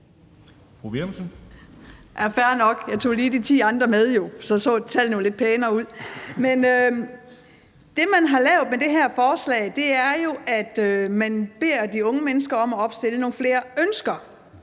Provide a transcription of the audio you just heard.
Fair nok, jeg tog lige de 10 pct. ekstra med. Så ser tallene jo lidt pænere ud. Men det, man har lavet med det her forslag, er jo, at man beder de unge mennesker om at opstille nogle flere ønsker.